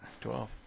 Twelve